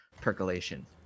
percolation